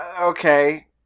Okay